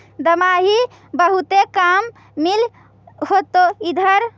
दमाहि बहुते काम मिल होतो इधर?